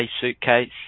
suitcase